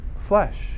flesh